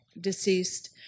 deceased